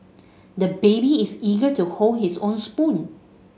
the baby is eager to hold his own spoon